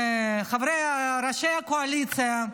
ראשי הקואליציה,